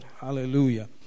Hallelujah